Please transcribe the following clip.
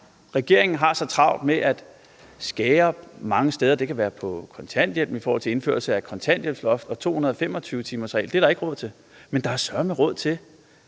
regeringen har så travlt med at skære ned mange steder – det kan være på kontanthjælpen i forhold til indførelse af et kontanthjælpsloft og en 225-timersregel; det er der ikke råd til – mens der søreme er råd til